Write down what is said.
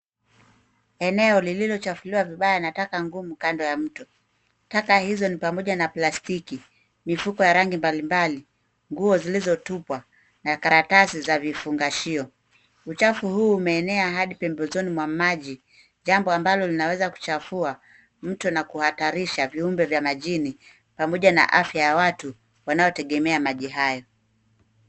Eneo lililochafuliwa vibaya na taka ngumu kando ya mto. Taka hizo ni pamoja na plastiki, mifuko ya rangi mbalimbali, nguo zilizotupwa na karatasi za vifungashio. Uchafu huu umeenea hadi pembezoni mwa maji jambo ambalo linaweza kuchafua mtu na kuhatarisha viumbe vya majini pamoja na afya ya watu wanaotegemea maji hayo.